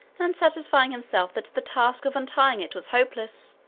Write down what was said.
and satisfying himself that the task of untying it was hopeless,